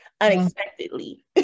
unexpectedly